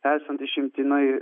esant išimtinai